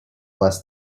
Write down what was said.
less